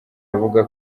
avuga